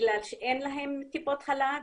בגלל שאין להן טיפות חלב,